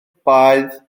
baedd